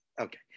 Okay